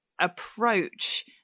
approach